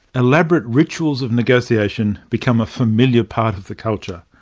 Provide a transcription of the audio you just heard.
elaborate rituals of negotiation become a familiar part of the culture.